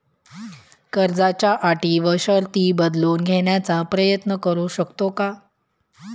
कर्जाच्या अटी व शर्ती बदलून घेण्याचा प्रयत्न करू शकतो का?